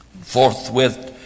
Forthwith